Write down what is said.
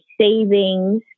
savings